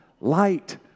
light